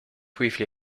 briefly